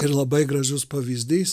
ir labai gražus pavyzdys